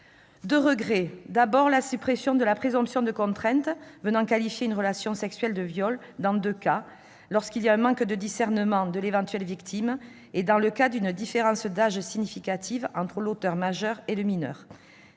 regret concerne la suppression de la présomption de contrainte conduisant à qualifier une relation sexuelle de viol dans deux cas : lorsqu'il y a un manque de discernement de l'éventuelle victime et dans le cas d'une différence d'âge significative entre l'auteur majeur et le mineur.